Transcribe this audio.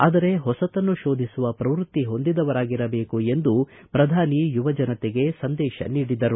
ಆದರೆ ಹೊಸತನ್ನು ಶೋಧಿಸುವ ಪ್ರವೃತ್ತಿ ಹೊಂದಿದವರಾಗಿರಬೇಕು ಎಂದು ಪ್ರಧಾನಿ ಯುವ ಜನತೆಗೆ ಸಂದೇಶ ನೀಡಿದರು